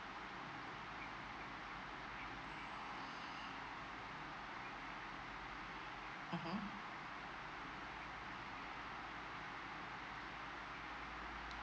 mmhmm